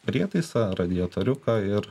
prietaisą radijatoriuką ir